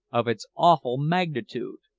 of its awful magnitude.